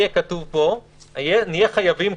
זה שנהיה חייבים,